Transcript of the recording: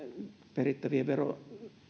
perittävien verojen